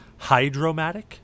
hydromatic